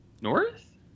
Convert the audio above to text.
North